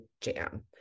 jam